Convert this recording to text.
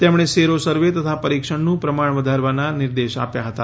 તેમણે sero survey તથા પરિક્ષણનું પ્રમાણ વધારવાના નિર્દેશ આપ્યા હતા